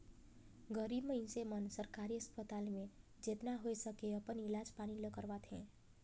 गरीब मइनसे मन सरकारी अस्पताल में जेतना होए सके अपन इलाज पानी ल करवाथें